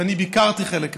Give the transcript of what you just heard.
ואני ביקרתי חלק מהן,